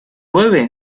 llueve